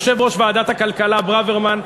יושב-ראש ועדת הכלכלה ברוורמן,